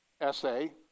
essay